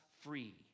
free